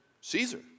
Caesar